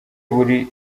buri